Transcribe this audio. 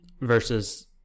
versus